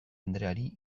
andreari